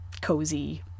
cozy